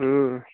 ह्म्